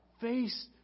face